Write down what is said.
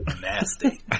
nasty